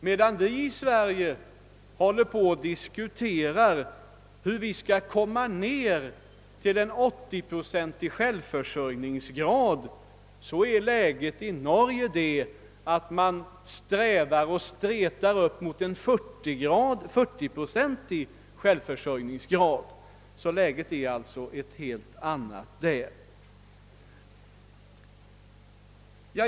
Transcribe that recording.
Medan vi i Sverige håller på att diskutera hur vi skall komma ned till en 80-procentig självförsörjningsgrad, är läget i Norge att man strävar och stretar upp emot en 40-procentig självförsörjningsgrad. Läget är alltså ett helt annat där.